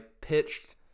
pitched